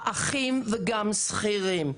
אחים וגם שכירים.